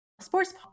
sports